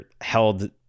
held